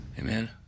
Amen